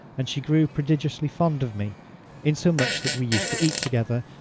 and she grew prodigiously fond of me insomuch that we used to eat together,